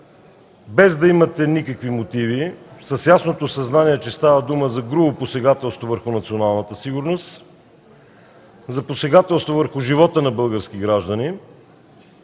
без да имате никакви мотиви, с ясното съзнание, че става дума за грубо посегателство върху националната сигурност, за посегателство върху живота на български граждани